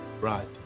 right